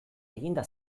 eginda